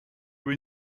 were